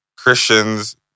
Christians